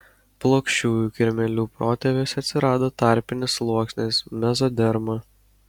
plokščiųjų kirmėlių protėviuose atsirado tarpinis sluoksnis mezoderma